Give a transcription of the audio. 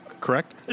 correct